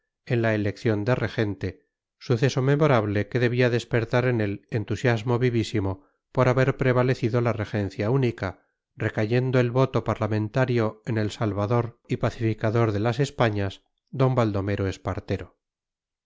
en la elección de regente suceso memorable que debía despertar en él entusiasmo vivísimo por haber prevalecido la regencia única recayendo el voto parlamentario en el salvador y pacificador de las españas d baldomero espartero